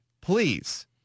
please